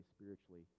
spiritually